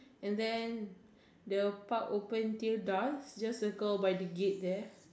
and then the park open till dawn just circle by the gate there